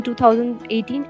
2018